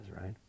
right